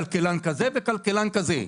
כלכלן כזה וכלכלן כזה.